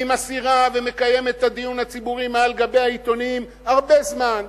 והיא מסעירה ומקיימת את הדיון הציבורי מעל גבי העיתונים הרבה זמן.